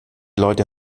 leute